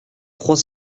trois